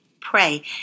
pray